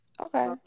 Okay